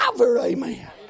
amen